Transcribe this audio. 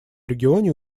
регионе